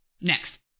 Next